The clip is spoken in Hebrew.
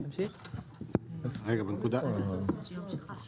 כן, כן.